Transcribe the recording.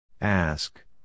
Ask